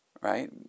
right